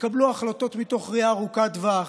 יקבלו החלטות מתוך ראייה ארוכת טווח.